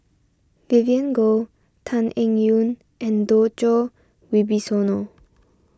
Vivien Goh Tan Eng Yoon and Djoko Wibisono